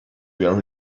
where